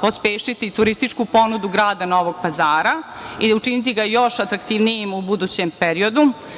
pospešiti turističku ponudu grada Novom Pazara i učiniti ga još atraktivnijim u budućem periodu. Tada